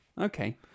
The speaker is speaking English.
Okay